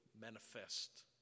manifest